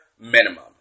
minimum